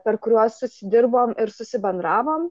per kuriuos susidirbom ir susibendravom